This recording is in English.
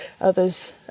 Others